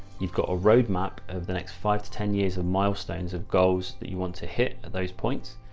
you've got a roadmap of the next five to ten years of milestones of goals that you want to hit at those points.